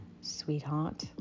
sweetheart